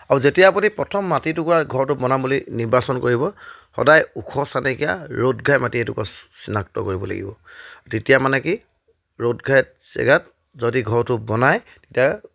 আৰু যেতিয়া আপুনি প্ৰথম মাটি টুকুৰা ঘৰটো বনাম বুলি নিৰ্বাচন কৰিব সদায় ওখ চানিকীয়া ৰ'দ ঘাই মাটি এটুকুৰা চিনাক্ত কৰিব লাগিব তেতিয়া মানে কি ৰ'দ ঘাই জেগাত যদি ঘৰটো বনায় তেতিয়া